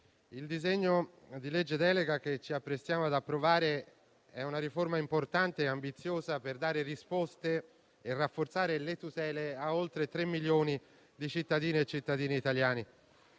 il disegno di legge delega che ci apprestiamo ad approvare è una riforma importante e ambiziosa per dare risposte e rafforzare le tutele a oltre 3 milioni di cittadine e cittadini italiani.